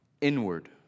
inward